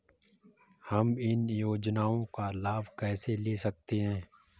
हम इन योजनाओं का लाभ कैसे ले सकते हैं?